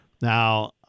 Now